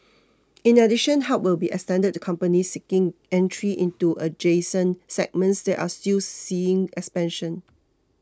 in addition help will be extended to companies seeking entry into adjacent segments that are still seeing expansion